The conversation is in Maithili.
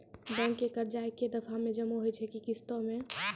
बैंक के कर्जा ऐकै दफ़ा मे जमा होय छै कि किस्तो मे?